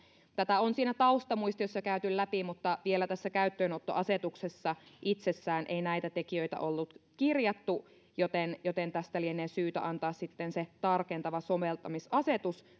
tätä on siinä taustamuistiossa jo käyty läpi mutta vielä tässä käyttöönottoasetuksessa itsessään ei näitä tekijöitä ollut kirjattu joten joten tästä lienee syytä antaa sitten se tarkentava soveltamisasetus